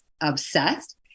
obsessed